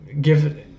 Give